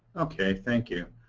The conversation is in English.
ok. thank you.